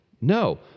No